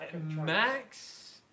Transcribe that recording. max